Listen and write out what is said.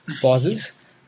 pauses